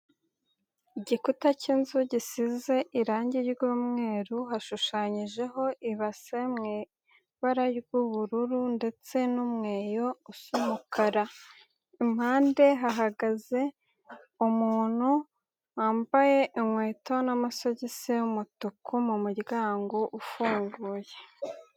Igikuta cy'inzu gisize irangi ry'umweru, hashushanyijeho ibase mu ibara ry'ubururu ndetse n'umweyo usa umukara. Impande hahagaze umuntu wambaye inkweto n'amasogisi y'umutuku mu muryango ufunguye.